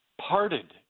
parted